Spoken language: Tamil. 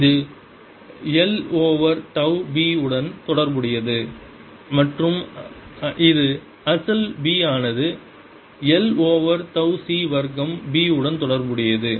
இது l ஓவர் தவ் B உடன் தொடர்புடையது மற்றும் இது அசல் B ஆனது l ஓவர் தவ் C வர்க்கம் B உடன் தொடர்புடையது